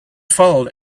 followed